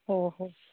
हो हो